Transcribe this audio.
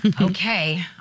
Okay